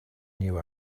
new